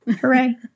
Hooray